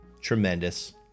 Tremendous